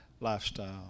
lifestyle